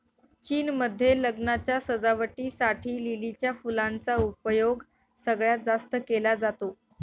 चीन मध्ये लग्नाच्या सजावटी साठी लिलीच्या फुलांचा उपयोग सगळ्यात जास्त केला जातो